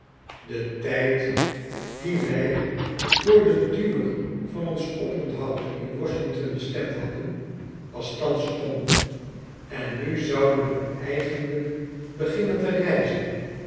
de tijd dien wij voor den duur van ons oponthoud in washington bestemd hadden was thans om en nu zouden we eigenlijk beginnen te reizen